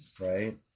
Right